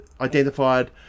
identified